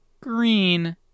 green